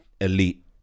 elite